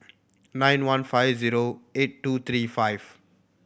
nine one five zero eight two three five